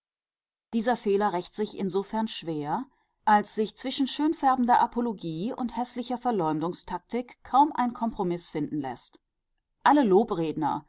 dieser fehler rächt sich insofern schwer als sich zwischen schönfärbender apologie und häßlicher verleumdungstaktik kaum ein kompromiß finden läßt alle lobredner